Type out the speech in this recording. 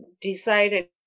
decided